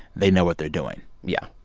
they know what they're doing. yeah.